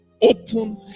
open